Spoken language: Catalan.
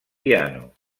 piano